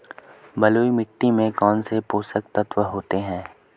बलुई मिट्टी में कौनसे पोषक तत्व होते हैं?